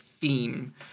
theme